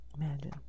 Imagine